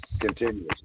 Continuously